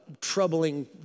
troubling